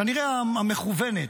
כנראה המכוונת,